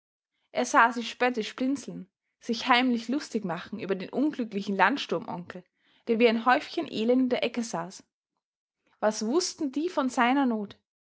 er sah sie spöttisch blinzeln sich heimlich lustig machen über den unglücklichen landsturmonkel der wie ein häufchen elend in der ecke saß was wußten die von seiner not